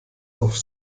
auf